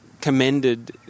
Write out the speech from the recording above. commended